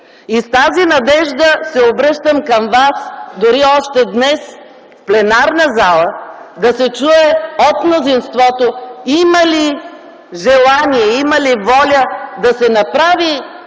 С тази надежда се обръщам към вас, дори още днес в пленарната зала да се чуе от мнозинството – има ли желание, има ли воля да се направи